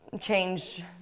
Change